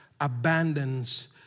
abandons